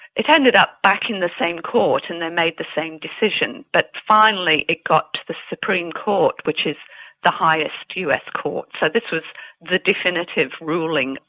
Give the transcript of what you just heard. it ended up back in the same court and they made the same decision, but finally it got to the supreme court which is the highest us court. so but this was the definitive ruling,